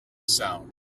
sound